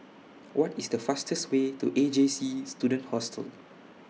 What IS The fastest Way to A J C Student Hostel